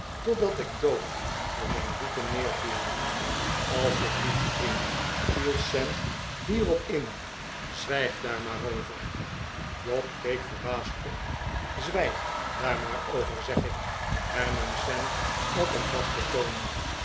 totdat ik dood voor zijn voeten neerviel als je blieft vriend viel sam hierop in zwijg daar maar over job keek verbaasd op zwijg daar maar over zeg ik hernam sam op een vast en toon